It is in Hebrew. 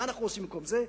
מה אנחנו עושים במקום זה?